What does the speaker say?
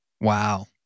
Wow